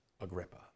Agrippa